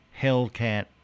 hellcat